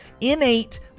innate